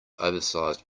oversized